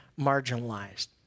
marginalized